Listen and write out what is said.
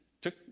took